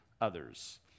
others